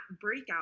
breakout